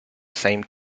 same